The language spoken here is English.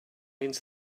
into